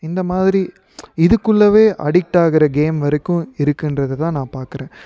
இந்தமாதிரி இதற்குள்ளவே அடிக் ஆகிற கேம் வரைக்கும் இருக்குன்றது தான் நான் பார்க்குறேன்